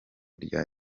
rya